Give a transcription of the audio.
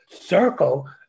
circle